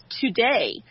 today